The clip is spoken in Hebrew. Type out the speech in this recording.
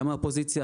גם מהאופוזיציה,